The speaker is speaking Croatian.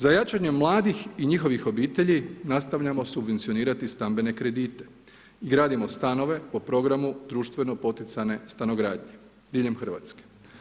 Za jačanje mladih i njihovih obitelji nastavljamo subvencionirati stambene kredite i gradimo stanove po programu društveno poticane stanogradnje diljem Hrvatske.